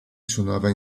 suonava